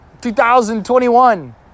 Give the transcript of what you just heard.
2021